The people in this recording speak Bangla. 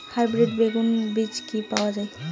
হাইব্রিড বেগুন বীজ কি পাওয়া য়ায়?